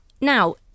Now